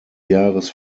jahres